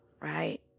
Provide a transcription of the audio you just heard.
right